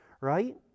right